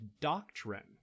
doctrine